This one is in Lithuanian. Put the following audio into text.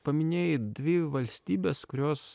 paminėjai dvi valstybes kurios